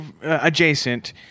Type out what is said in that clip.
adjacent